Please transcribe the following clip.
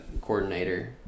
coordinator